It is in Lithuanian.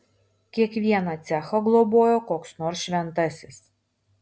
kiekvieną cechą globojo koks nors šventasis